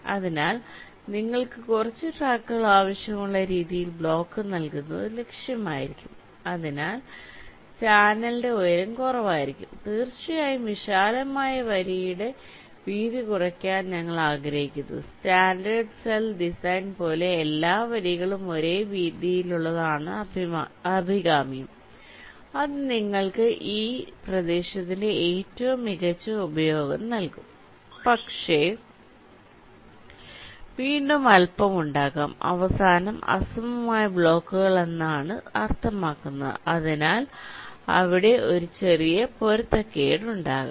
അതിനാൽ നിങ്ങൾക്ക് കുറച്ച് ട്രാക്കുകൾ ആവശ്യമുള്ള രീതിയിൽ ബ്ലോക്ക് നൽകുന്നത് ഒരു ലക്ഷ്യമായിരിക്കും അതിനാൽ ചാനലിന്റെ ഉയരം കുറവായിരിക്കും തീർച്ചയായും വിശാലമായ വരിയുടെ വീതി കുറയ്ക്കാൻ ഞങ്ങൾ ആഗ്രഹിക്കുന്നു സ്റ്റാൻഡേർഡ് സെൽ ഡിസൈൻ പോലെ എല്ലാ വരികളും ഒരേ വീതിയുള്ളതാണ് അഭികാമ്യം അത് നിങ്ങൾക്ക് ഈ പ്രദേശത്തിന്റെ ഏറ്റവും മികച്ച ഉപയോഗം നൽകും പക്ഷേ വീണ്ടും അൽപ്പം ഉണ്ടാകാം അവസാനം അസമമായ ബ്ലോക്കുകൾ എന്നാണ് അർത്ഥമാക്കുന്നത് അതിനാൽ അവിടെ ഒരു ചെറിയ പൊരുത്തക്കേട് ഉണ്ടാകാം